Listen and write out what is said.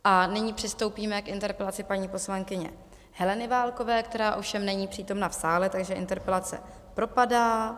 A nyní přistoupíme k interpelaci paní poslankyně Heleny Válkové, která ovšem není přítomna v sále, takže interpelace propadá.